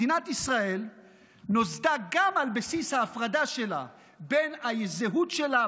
מדינת ישראל נוסדה גם על בסיס ההפרדה בין הזהות שלה,